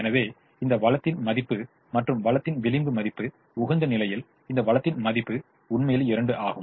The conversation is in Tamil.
எனவே இந்த வளத்தின் மதிப்பு மற்றும் இந்த வளத்தின் விளிம்பு மதிப்பு உகந்த நிலையில் இந்த வளத்தின் மதிப்பு உண்மையில் 2 ஆகும்